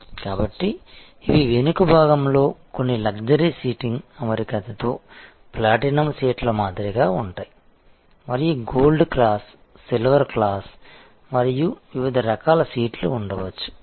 కాబట్టి ఇవి వెనుక భాగంలో కొన్ని లగ్జరీ సీటింగ్ అమరికతో ప్లాటినం సీట్ల మాదిరిగా ఉంటాయి మరియు గోల్డ్ క్లాస్ సిల్వర్ క్లాస్ మరియు వివిధ రకాల సీట్లు ఉండవచ్చు